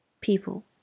people